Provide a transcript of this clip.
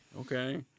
Okay